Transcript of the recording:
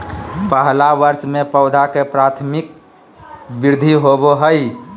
पहला वर्ष में पौधा के प्राथमिक वृद्धि होबो हइ